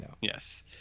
Yes